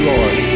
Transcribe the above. Lord